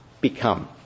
become